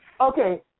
Okay